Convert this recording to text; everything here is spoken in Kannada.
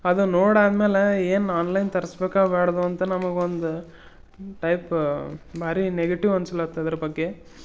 ಅದು ನೋಡಿ ಆದ ಮೇಲೆ ಏನು ಆನ್ಲೈನ್ ತರಿಸ್ಬೇಕಾ ಬ್ಯಾಡ್ದೋ ಅಂತ ನಮಗೆ ಒಂದು ಟೈಪ್ ಭಾರಿ ನೆಗೆಟಿವ್ ಅನ್ಸ್ಲತ್ತು ಅದ್ರ ಬಗ್ಗೆ